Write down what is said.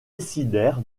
résister